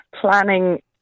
planning